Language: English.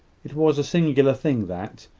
it was a singular thing that,